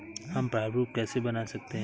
हम प्रारूप कैसे बना सकते हैं?